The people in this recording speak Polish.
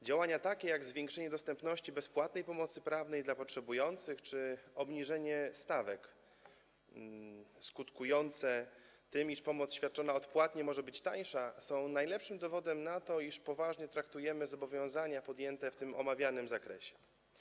Działania takie jak zwiększenie dostępności bezpłatnej pomocy prawnej dla potrzebujących czy obniżenie stawek skutkujące tym, iż pomoc świadczona odpłatnie może być tańsza, są najlepszym dowodem na to, iż poważnie traktujemy zobowiązania podjęte w omawianym zakresie.